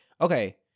okay